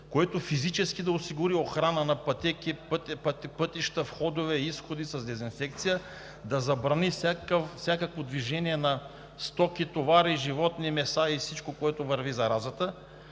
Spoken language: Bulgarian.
които физически да осигурят охрана на пътеки, пътища, входове, изходи с дезинфекция, да забранят всякакво движение на стоки, товари, животни, меса и всичко, по което върви заразата.